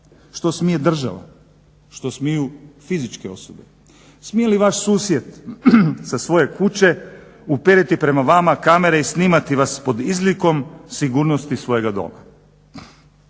Što smije država, što smiju fizičke osobe? Smije li vaš susjed sa svoje kuće uperiti prema vama kamere i snimati vas pod izlikom sigurnosti svojega doma?